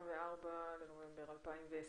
24 בנובמבר 2020,